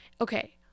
Okay